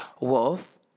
wolf